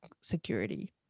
security